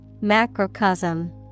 Macrocosm